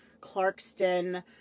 Clarkston